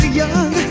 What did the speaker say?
young